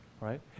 right